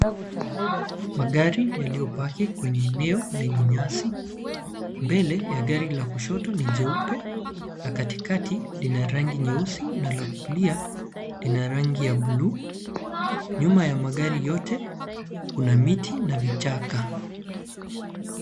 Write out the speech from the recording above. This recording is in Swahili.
Magari yaliyopaki kwenye eneo lenye nyasi. Mbele ya gariw la kushoto ni jeupe na katikati lina rangi nyeusi na la kulia lina rangi ya buluu. Nyuma ya magari yote, kuna miti na vichaka.